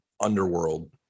underworld